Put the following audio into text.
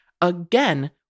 Again